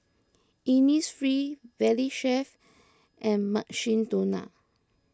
Innisfree Valley Chef and Mukshidonna